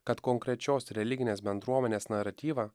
kad konkrečios religinės bendruomenės naratyvą